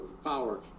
power